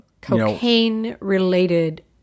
Cocaine-related